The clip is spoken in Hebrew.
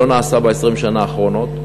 שלא נעשתה ב-20 השנים האחרונות,